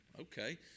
Okay